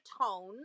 tones